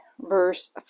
verse